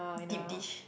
dip dish